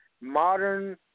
modern